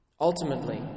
Ultimately